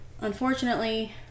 Unfortunately